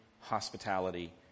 hospitality